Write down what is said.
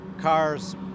cars